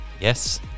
yes